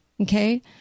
okay